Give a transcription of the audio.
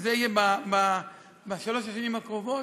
זה יהיה בשלוש השנים הקרובות.